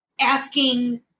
asking